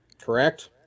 Correct